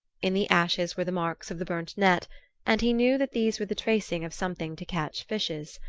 in the ashes were the marks of the burnt net and he knew that these were the tracing of something to catch fishes.